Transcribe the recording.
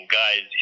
guys